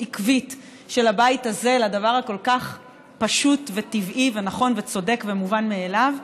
עקבית של הבית הזה לדבר הכל-כך פשוט וטבעי ונכון וצודק ומובן מאליו?